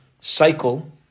cycle